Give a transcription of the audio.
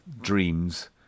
dreams